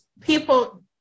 people